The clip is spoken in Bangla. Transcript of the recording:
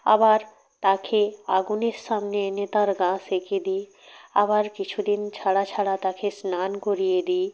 আবার তাকে আগুনের সামনে এনে তার গা সেঁকে দিই আবার কিছু দিন ছাড়া ছাড়া তাকে স্নান করিয়ে দিই